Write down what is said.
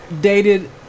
dated